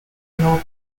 knob